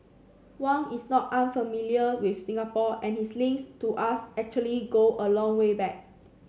Wang is not unfamiliar with Singapore and his links to us actually go a long way back